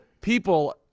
people